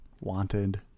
wanted